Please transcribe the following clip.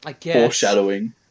foreshadowing